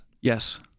Yes